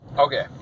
Okay